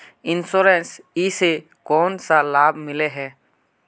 Insurance इस से कोन सा लाभ मिले है?